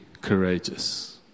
courageous